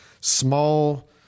small